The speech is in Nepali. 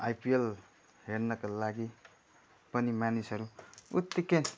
आइपिएल हेर्नका लागि पनि मानिसहरू उत्तिकै